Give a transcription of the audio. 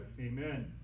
Amen